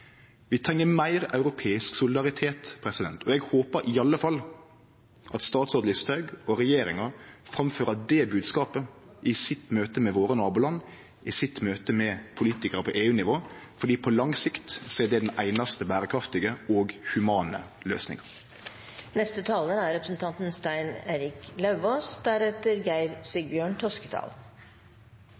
Vi treng meir europeisk solidaritet, og eg håper i alle fall at statsråd Listhaug og regjeringa framfører den bodskapen i sitt møte med våre naboland, i sitt møte med politikarar på EU-nivå, fordi på lang sikt er det den einaste berekraftige og humane løysinga. Jeg hørte at representanten